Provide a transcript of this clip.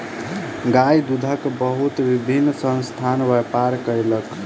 गाय दूधक बहुत विभिन्न संस्थान व्यापार कयलक